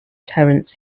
terence